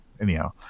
Anyhow